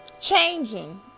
Changing